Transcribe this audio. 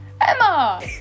Emma